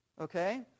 Okay